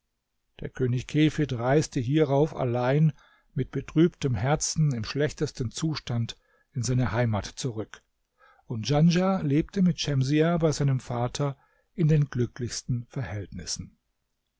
der könig kefid reiste hierauf allein mit betrübtem herzen im schlechtesten zustand in seine heimat zurück und djanschah lebte mit schemsiah bei seinem vater in den glücklichsten verhältnissen